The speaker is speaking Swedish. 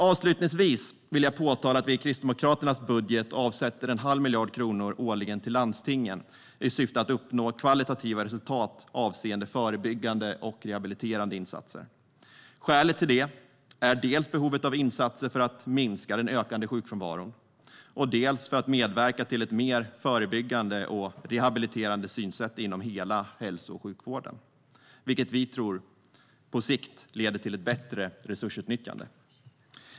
Avslutningsvis vill jag påpeka att vi i Kristdemokraternas budget avsätter en halv miljard kronor årligen till landstingen i syfte att uppnå kvalitativa resultat avseende förebyggande och rehabiliterande insatser. Skälet till det är dels att det behövs insatser för att minska den ökande sjukfrånvaron, dels att vi vill medverka till ett mer förebyggande och rehabiliterande synsätt inom hela hälso och sjukvården, vilket vi tror på sikt leder till ett bättre resursutnyttjande.